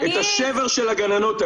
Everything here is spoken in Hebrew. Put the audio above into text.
את השבר של הגננות האלה.